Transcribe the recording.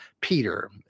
Peter